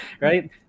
Right